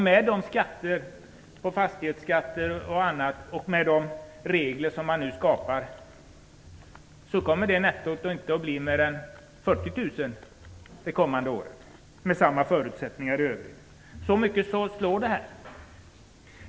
Med de skatter, fastighetsskatter och annat, och med de regler som man nu skapar så kommer det nettot att inte bli mer än 40 000 det kommande året, med samma förutsättningar i övrigt. Så mycket slår det.